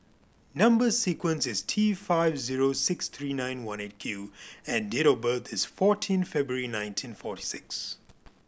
number sequence is T five zero six three nine one Eight Q and date of birth is fourteen February nineteen forty six